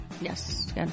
Yes